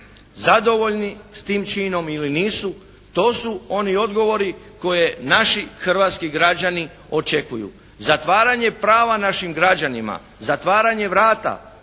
zadovoljni s tim činom ili nisu, to su oni odgovori koje naši hrvatski građani očekuju. Zatvaranje prava našim građanima, zatvaranje vrata